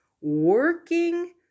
working